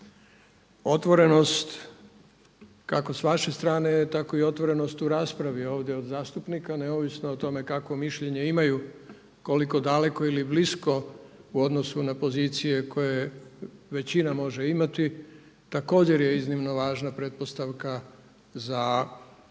Otvorenost kako s vaše strane tako i otvorenost u raspravi ovdje od zastupnika neovisno o tome kakvo mišljenje imaju, koliko daleko ili blisko u odnosu na pozicije koje većina može imati također je iznimno važna pretpostavka za ono